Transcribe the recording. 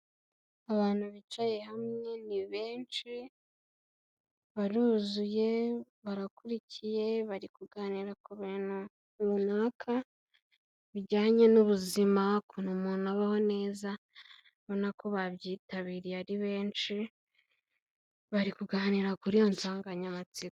Abantu bicaye hamwe ni benshi baruzuye, barakurikiye bari kuganira ku bintu runaka bijyanye n'ubuzima, ukuntu umuntu abaho neza ubona ko babyitabiriye ari benshi, bari kuganira kuri iyo nsanganyamatsiko.